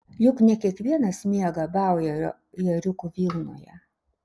juk ne kiekvienas miega bauerio ėriukų vilnoje